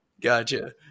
Gotcha